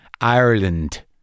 Ireland